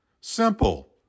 Simple